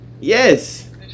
Yes